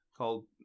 called